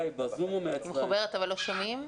מחוברת אבל לא שומעים.